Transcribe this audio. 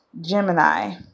gemini